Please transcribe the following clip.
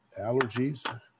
Allergies